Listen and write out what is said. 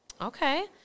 Okay